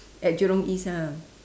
at jurong east ah